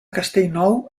castellnou